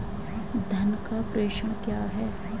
धन का प्रेषण क्या है?